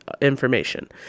information